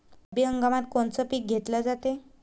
रब्बी हंगामात कोनचं पिक घेतलं जाते?